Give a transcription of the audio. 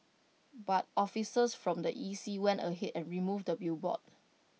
but officers from the E C went ahead and removed the billboard